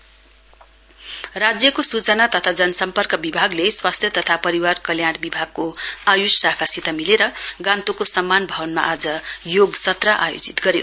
yoga session राज्यको सूचना तथा जन सम्पर्क विभागले स्वास्थ्य तथा परिवार कल्याण विभागको आयुष शाखासित मिलेर गान्तोकको सम्मान भवनमा आज योग सत्र आयोजित गर्यो